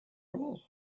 all